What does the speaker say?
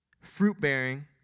fruit-bearing